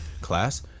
class